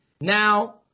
Now